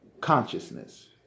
consciousness